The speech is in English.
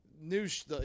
news –